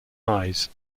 eyes